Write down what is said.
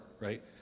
right